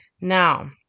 Now